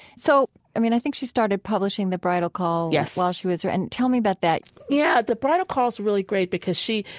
so, i mean, i think she started publishing the bridal call, yes, while she was there. and tell me about that yeah. the bridal call is really great because she,